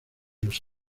los